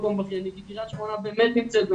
באופן טבעי יש לי ירידה כללית